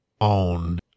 own